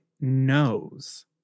knows